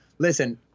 Listen